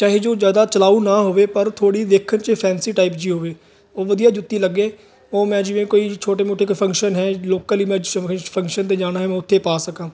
ਚਾਹੇ ਜੋ ਜ਼ਿਆਦਾ ਚਲਾਊ ਨਾ ਹੋਵੇ ਪਰ ਥੋੜ੍ਹੀ ਦੇਖਣ 'ਚ ਫੈਂਸੀ ਟਾਈਪ ਜਿਹੀ ਹੋਵੇ ਉਹ ਵਧੀਆ ਜੁੱਤੀ ਲੱਗੇ ਉਹ ਮੈਂ ਜਿਵੇਂ ਕੋਈ ਛੋਟੇ ਮੋਟੇ ਕੋਈ ਫੰਕਸ਼ਨ ਹੈ ਲੋਕਲ ਹੀ ਮੈਂ ਸ਼ ਫੰਕਸ਼ਨ 'ਤੇ ਜਾਣਾ ਹੈ ਮੈਂ ਉੱਥੇ ਪਾ ਸਕਾਂ